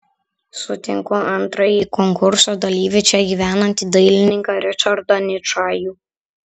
sutinku antrąjį konkurso dalyvį čia gyvenantį dailininką ričardą ničajų